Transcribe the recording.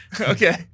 okay